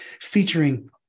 Featuring